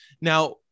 Now